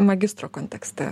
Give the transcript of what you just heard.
magistro kontekste